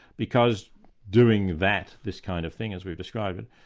because doing that, this kind of thing as we've described it,